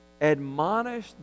Admonish